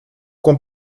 com